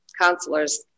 Counselors